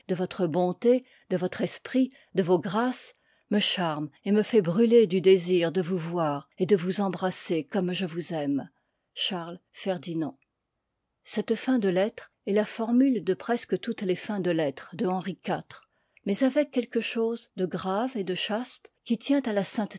votre bonté de votre esprit de vos grâces me charme et me fait brûler du désir de vous voir et de ii part vous embrasser comme je vous aime iv i charles ferdinand cette fin de lettre est la formule de presque toutes les fins de lettres de henri iv mais avec quelque chose de grave et de chaste qui tient à la sainteté